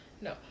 No